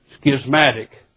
schismatic